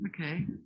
okay